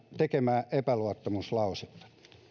tekemää epäluottamuslausetta